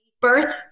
birth